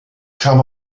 kam